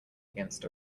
against